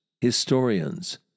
historians